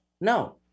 No